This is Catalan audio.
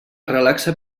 relaxa